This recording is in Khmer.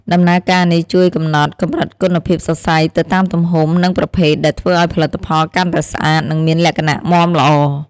ដំណើរការនេះជួយកំណត់កម្រិតគុណភាពសរសៃសទៅតាមទំហំ និងប្រភេទ ដែលធ្វើឱ្យផលិតផលកាន់តែស្អាត និងមានលក្ខណៈមាំល្អ។